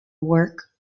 work